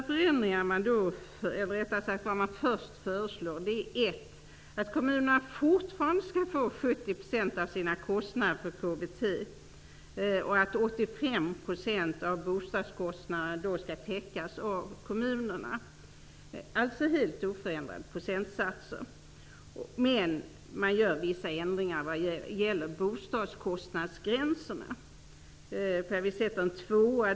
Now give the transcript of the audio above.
Regeringen föreslår för det första att kommunerna även fortsättningsvis skall få statsbidrag med 70 % av sina utgifter för KBT, förutsatt att 85 % av bostadskostnaderna täcks av KBT. Procentsatserna är alltså helt oförändrade. För det andra föreslår man vissa ändringar av bostadskostnadsgränserna.